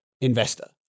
Investor